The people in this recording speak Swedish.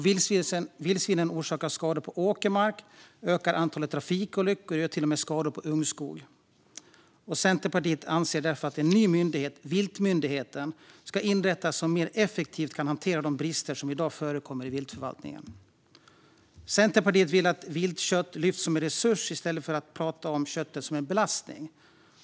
Vildsvinen orsakar skador på åkermark, ökar antalet trafikolyckor och gör till och med skador på ungskog. Centerpartiet anser därför att en ny myndighet, viltmyndigheten, ska inrättas som mer effektivt kan hantera de brister som i dag förekommer i viltförvaltningen. Centerpartiet vill att viltkött lyfts fram som en resurs i stället för att man pratar om köttet som en belastning.